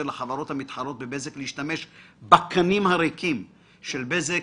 לחברות המתחרות בבזק להשתמש בקנים הריקים של בזק,